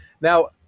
now